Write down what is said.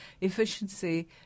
efficiency